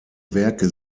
werke